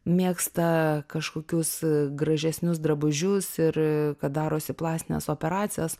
mėgsta kažkokius gražesnius drabužius ir kad darosi plastines operacijas